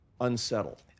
unsettled